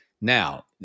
Now